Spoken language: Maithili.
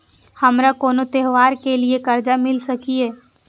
हमारा कोनो त्योहार के लिए कर्जा मिल सकीये?